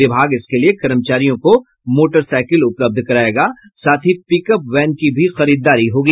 विभाग इसके लिए कर्मचारियों को मोटरसाईकल उपलब्ध करायेगा साथ ही पिकअप वैन की भी खरीदारी होगी